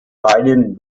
beiden